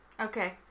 Okay